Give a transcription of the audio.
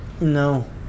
No